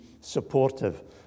supportive